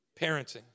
parenting